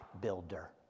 builder